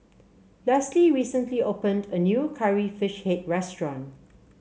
Leslie recently opened a new Curry Fish Head restaurant